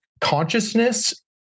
consciousness